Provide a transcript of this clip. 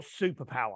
superpower